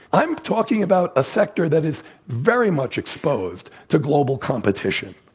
i'm talking about a sector that is very much exposed to global competition.